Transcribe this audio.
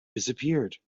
disappeared